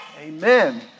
Amen